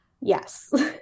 Yes